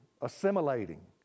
assimilating